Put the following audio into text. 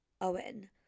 Owen